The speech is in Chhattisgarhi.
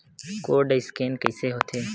कोर्ड स्कैन कइसे होथे?